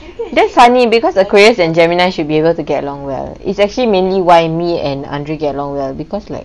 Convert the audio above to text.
that's funny because the aquarius and gemini should be able to get along well it's actually mainly why me and andre get along well because like